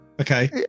Okay